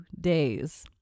days